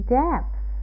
depth